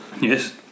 yes